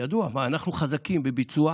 ידוע שאנחנו חזקים בביצוע,